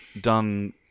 done